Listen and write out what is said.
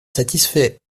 satisfait